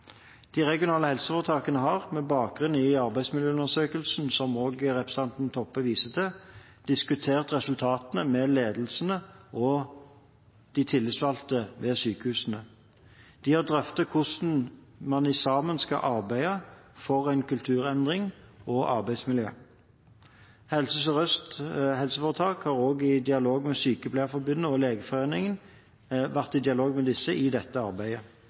De regionale helseforetakene har, med bakgrunn i arbeidsmiljøundersøkelsen som representanten Toppe viste til, diskutert resultatene med ledelsen og de tillitsvalgte ved sykehusene. De har drøftet hvordan man sammen skal arbeide for kulturendring og arbeidsmiljø. Helse Sør-Øst RHF har også vært i dialog med Sykepleierforbundet og Legeforeningen i